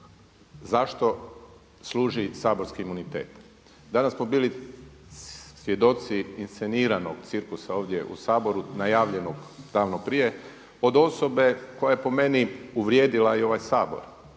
zašto služi saborski imunitet. Danas smo bili svjedoci isceniranog cirkusa ovdje u saboru najavljenog davno prije od osobe koja je po meni uvrijedila i ovaj Sabor.